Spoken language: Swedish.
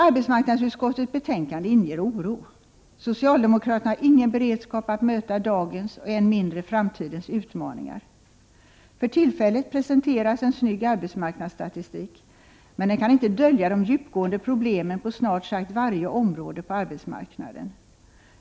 Arbetsmarknadsutskottets betänkande inger oro. Socialdemokraterna har ingen beredskap att möta dagens och än mindre framtidens utmaningar. För tillfället presenteras en snygg arbetsmarknadsstatistik, men den kan inte dölja de djupgående problemen på snart sagt varje område på arbetsmarknaden.